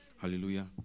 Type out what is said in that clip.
hallelujah